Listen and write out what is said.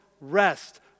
rest